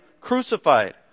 crucified